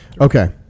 Okay